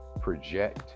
project